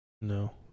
No